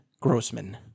Grossman